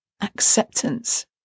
acceptance